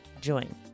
join